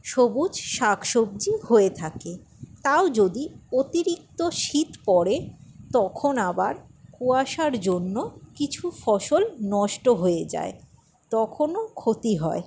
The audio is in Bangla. সবুজ শাক সবজি হয়ে থাকে তাও যদি অতিরিক্ত শীত পড়ে তখন আবার কুয়াশার জন্য কিছু ফসল নষ্ট হয়ে যায় তখনও ক্ষতি হয়